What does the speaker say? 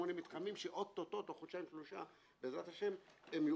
שבעה-שמונה מתחמים שאו-טו-טו תוך חודשיים-שלושה בעזרת השם הם יאושרו?